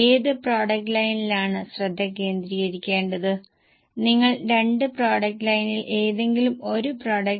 അത് നിങ്ങൾ അടിവരയിടേണ്ടതുണ്ട് നിങ്ങൾക്ക് അത് സ്വയം തിരിച്ചറിയാൻ കഴിയുമെന്ന് ഞാൻ പ്രതീക്ഷിക്കുന്നു